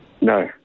No